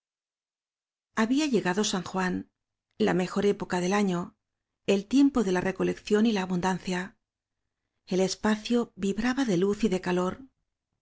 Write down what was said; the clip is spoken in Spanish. había llegado san juan la mejor época del año el tiempo de la recolección y la abundancia el espacio vibraba de luz y de calor